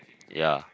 ya